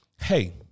Hey